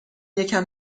یکم